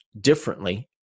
differently